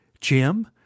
Jim